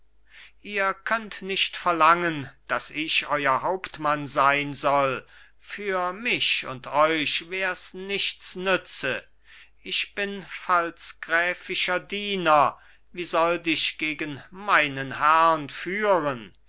ihr könnt nicht verlangen daß ich euer hauptmann sein soll für mich und euch wär's nichts nütze ich bin pfalzgräfischer diener wie sollt ich gegen meinen herrn führen